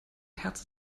herz